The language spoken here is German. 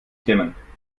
dimmen